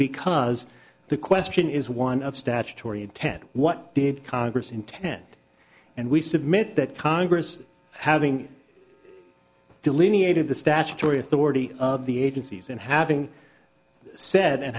because the question is one of statutory intent what did congress intend and we submit that congress having delineated the statutory authority of the agencies and having said and